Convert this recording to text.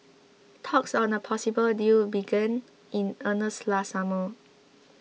talks on a possible deal began in earnest last summer